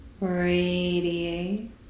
Radiate